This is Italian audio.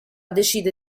decide